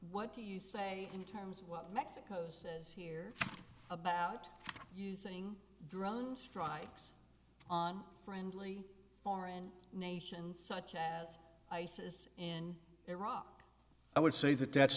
what do you say in terms of what mexico says here about using drones strikes on friendly foreign nations such as isis in iraq i would say that that's